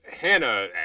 Hannah